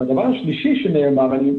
והדבר השלישי שנאמר לנו,